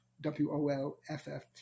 W-O-L-F-F